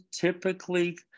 typically